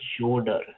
shoulder